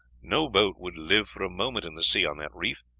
no boat would live for a moment in the sea on that reef,